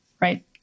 right